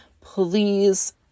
Please